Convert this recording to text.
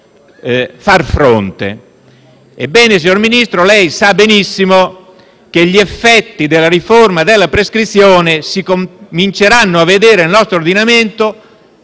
Ebbene, signor Ministro, lei sa benissimo che gli effetti in tema di corruzione della riforma della prescrizione si cominceranno a vedere nel nostro ordinamento,